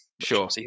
Sure